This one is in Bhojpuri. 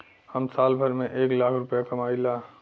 हम साल भर में एक लाख रूपया कमाई ला